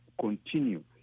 continue